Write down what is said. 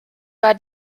war